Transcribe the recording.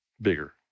Bigger